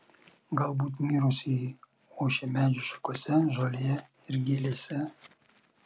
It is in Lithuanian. galbūt mirusieji ošia medžių šakose žolėje ir gėlėse